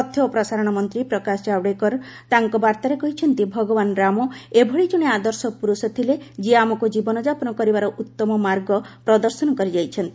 ତଥ୍ୟ ଓ ପ୍ରସାରଣ ମନ୍ତ୍ରୀ ପ୍ରକାଶ ଜାୱଡ଼େକର ତାଙ୍କ ବାର୍ତ୍ତାରେ କହିଛନ୍ତି ଭଗବାନ ରାମ ଏଭଳି ଜଣେ ଆଦର୍ଶ ପୁରୁଷ ଥିଲେ ଯିଏ ଆମକୁ ଜୀବନଯାପନ କରିବାର ଉତ୍ତମ ମାର୍ଗ ପ୍ରଦର୍ଶନ କରିଯାଇଛନ୍ତି